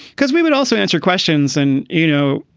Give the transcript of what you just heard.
because we would also answer questions. and, you know,